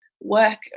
Work